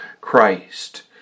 Christ